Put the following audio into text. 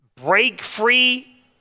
break-free